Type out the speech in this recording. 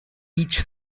each